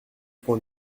point